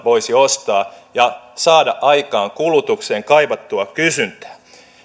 voisi ostaa ja saada aikaan kulutukseen kaivattua kysyntää